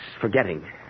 forgetting